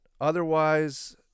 Otherwise